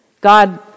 God